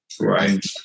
Right